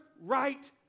right